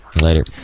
Later